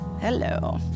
Hello